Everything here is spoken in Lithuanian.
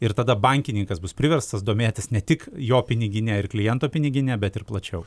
ir tada bankininkas bus priverstas domėtis ne tik jo pinigine ir kliento pinigine bet ir plačiau